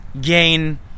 gain